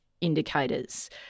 indicators